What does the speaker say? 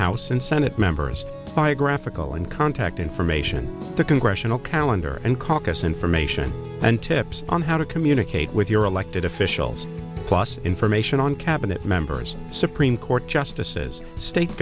house and senate members biographical and contact information the congressional calendar and caucus information and tips on how to communicate with your elected officials plus information on cabinet members supreme court justices st